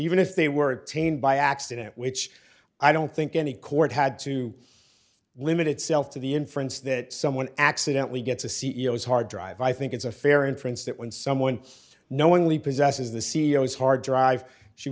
even if they were attained by accident which i don't think any court had to limit itself to the inference that someone accidently gets a c e o s hard drive i think it's a fair inference that when someone knowingly possesses the c e o s hard drive she